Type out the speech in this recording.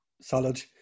solid